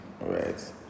right